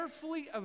carefully